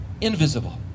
invisible